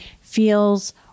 feels